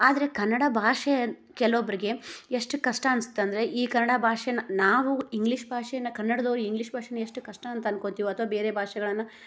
ಆದರೆ ಕನ್ನಡ ಭಾಷೆ ಕೆಲವೊಬ್ಬರಿಗೆ ಎಷ್ಟು ಕಷ್ಟ ಅನ್ಸುತ್ತಂದರೆ ಈ ಕನ್ನಡ ಭಾಷೆನ ನಾವು ಇಂಗ್ಲೀಷ್ ಭಾಷೆನ ಕನ್ನಡ್ದವರು ಇಂಗ್ಲೀಷ್ ಭಾಷೆನ ಎಷ್ಟು ಕಷ್ಟ ಅಂತ ಅನ್ಕೊಂತೀವೋ ಅಥ್ವ ಬೇರೆ ಭಾಷೆಗಳನ್ನ